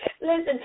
Listen